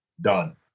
done